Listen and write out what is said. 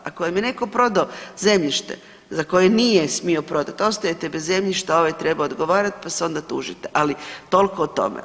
Ako vam je netko prodao zemljište za koje nije smio prodat, ostajete bez zemljišta, a ovaj treba odgovarati pa se onda tužite, ali toliko o tome.